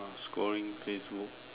I'm scoring play through